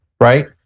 right